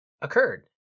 occurred